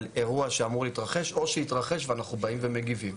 אירוע שאמור להתרחש או שהתרחש ואנחנו באים ומגיבים.